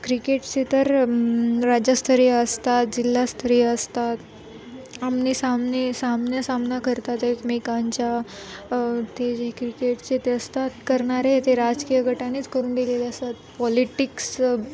क्रिकेटचे तर राजस्तरीय असतात जिल्हास्तरीय असतात आमनेसामने सामने सामना करतात एकमेकांच्या ते जे क्रिकेटचे ते असतात करणारे ते राजकीय गटानेच करून दिलेले असतात पॉलिटिक्सं